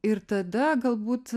ir tada galbūt